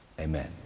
amen